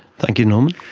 thank you norman.